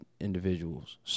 individuals